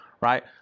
Right